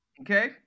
Okay